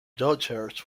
daughters